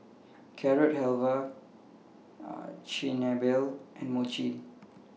Carrot Halwa Chigenabe and Mochi